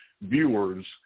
viewers –